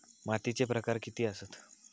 मातीचे प्रकार किती आसत?